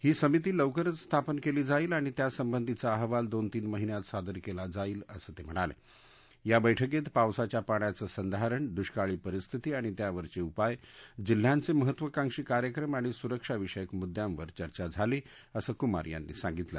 ही समिती लवकरच स्थापन क्ली जाईल आणि त्यासंबंधीचा अहवाल दोन तीन महिन्यात सादर क्ला जाईल असं त िहणाल आ बैठकीत पावसाच्या पाण्याचं संधारण दुष्काळी परिस्थिती आणि त्यावरचजिपाय जिल्ह्यांचप्रहित्वाकांक्षी कार्यक्रम आणि सुरक्षाविषयक मृद्यांवर चर्चा झाली असं कुमार यांनी सांगितलं